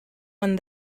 one